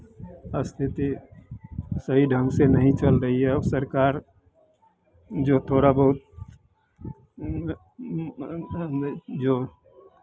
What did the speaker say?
स्थिति सही ढंग से नहीं चल रही है और सरकार जो थोड़ा बहुत ना जो